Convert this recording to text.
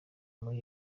muri